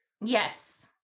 Yes